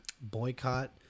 boycott